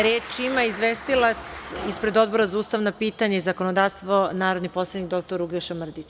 Reč ima izvestilac ispred Odbora za ustavna pitanja i zakonodavstvo, narodni poslanik, dr Uglješa Mrdić.